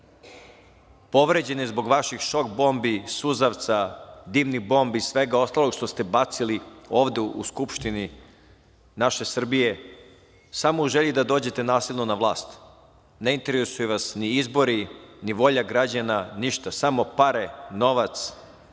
povređene zbog vaših šok bombi, suzavca, dimnih bombi, svega onog ostalog što ste bacili ovde u Skupštini naše Srbije samo u želji da dođete nasilno na vlast. Ne interesuje vas ni izbori, ni volja građana, ništa, samo pare, novac,